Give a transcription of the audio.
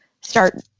start